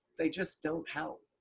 they just don't help.